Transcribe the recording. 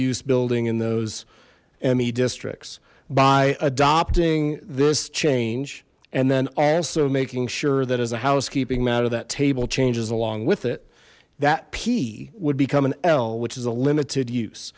use building in those emmy districts by adopting this change and then also making sure that as a housekeeping matter that table changes along with it that p would become an l which is a limited use